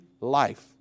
life